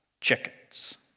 chickens